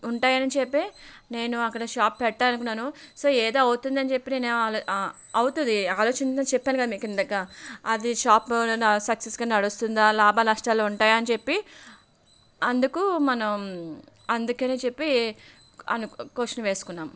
ఉంటాయని చెప్పి నేను అక్కడ షాప్ పెట్టాలని అనుకున్నాను సో ఏదో అవుతుందని చెప్పి నేను అవుతుంది ఆలోచించాను అని చెప్పాను కదా మీకు ఇందాక అది షాపులోనైనా సక్సెస్గా నడుస్తుందా లాభ నష్టాలు ఉంటాయా అని చెప్పి అందుకు మనము అందుకని చెప్పి క్వశ్చన్ వేసుకున్నాం